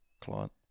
client